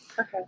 Okay